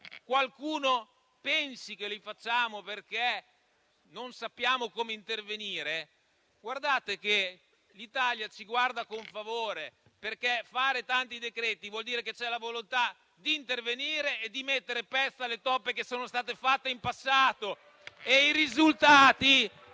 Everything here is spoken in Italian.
qualcuno pensa che li facciamo perché non sappiamo come intervenire, rispondo che l'Italia ci guarda con favore, perché fare tanti decreti-legge vuol dire che c'è la volontà di intervenire e di mettere una pezza ai danni fatti in passato. E i risultati...